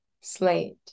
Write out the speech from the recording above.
slate